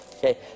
Okay